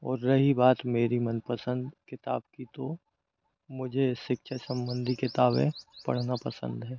और रही बात मेरी मनपसंद किताब की तो मुझे शिक्षा संबंधी किताबें पढ़ना पसंद है